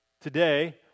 Today